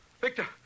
Victor